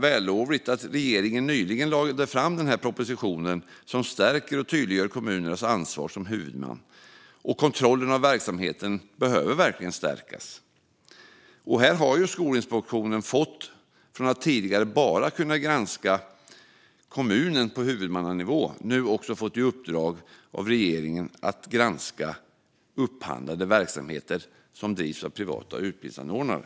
vällovligt att regeringen nyligen lade fram en proposition som stärker och tydliggör kommunernas ansvar som huvudmän. Kontrollen av verksamheterna behöver verkligen stärkas. Här har Skolinspektionen från att tidigare bara ha granskat kommunen på huvudmannanivå nu också fått i uppdrag av regeringen att granska upphandlade verksamheter som bedrivs av privata utbildningsanordnare.